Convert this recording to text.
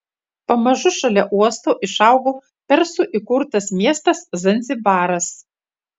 pamažu šalia uosto išaugo persų įkurtas miestas zanzibaras